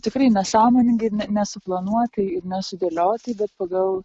tikrai nesąmoningai ir ne nesuplanuotai nesudėliotai bet pagal